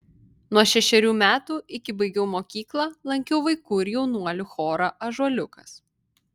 nuo šešerių metų iki baigiau mokyklą lankiau vaikų ir jaunuolių chorą ąžuoliukas